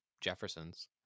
Jefferson's